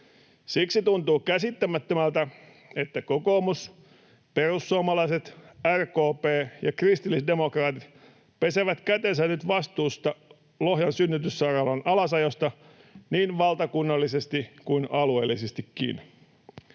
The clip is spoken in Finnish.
Siksi tuntuu käsittämättömältä, että kokoomus, perussuomalaiset, RKP ja kristillisdemokraatit pesevät kätensä nyt vastuusta Lohjan synnytyssairaalan alasajosta, niin valtakunnallisesti kuin alueellisestikin.